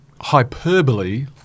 hyperbole